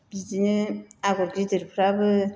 बिदिनो आगर गिदिरफ्राबो